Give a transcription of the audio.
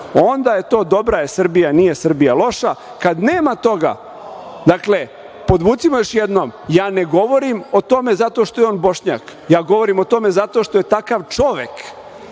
Onda je to - dobra je Srbija, nije Srbija loša. Kad nema toga, ništa. Podvucimo još jednom. Ja ne govorim o tome zato što je on Bošnjak, ja govorim o tome zato što je takav čovek,